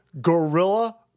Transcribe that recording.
Gorilla